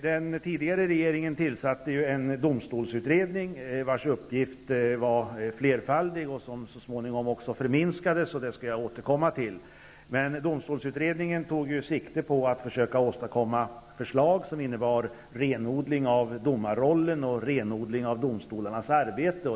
Den tidigare regeringen tillsatte en domstolsutredning, vars uppgift var flerfaldig och så småningom också förminskades. Det skall jag återkomma till. Domstolsutredningen tog sikte på att försöka åstadkomma förslag som innebar en renodling av domarrollen och av domstolarnas arbete.